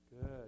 Good